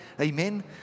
Amen